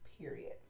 period